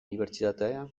unibertsitatea